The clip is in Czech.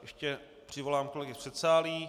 Ještě přivolám kolegy z předsálí.